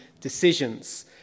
decisions